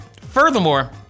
furthermore